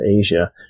Asia